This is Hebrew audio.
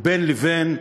ובין לבין,